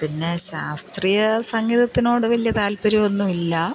പിന്നെ ശാസ്ത്രീയ സംഗീതത്തിനോട് വലിയ താൽപ്പര്യം ഒന്നും ഇല്ല